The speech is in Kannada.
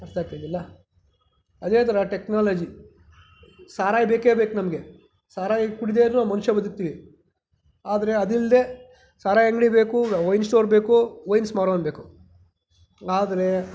ಅರ್ಥಾಗ್ತದಲ್ಲ ಅದೇ ಥರ ಟೆಕ್ನಾಲಜಿ ಸಾರಾಯಿ ಬೇಕೇ ಬೇಕು ನಮಗೆ ಸಾರಾಯಿ ಕುಡಿದೇಯಿದ್ರು ಮನುಷ್ಯ ಬದುಕ್ತೀವಿ ಆದರೆ ಅದಿಲ್ಲದೇ ಸಾರಾಯಿ ಅಂಗಡಿ ಬೇಕು ವೈನ್ ಸ್ಟೋರ್ ಬೇಕು ವೈನ್ಸ್ ಮಾರುವವ್ನು ಬೇಕು ಆದರೆ